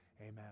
Amen